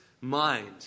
mind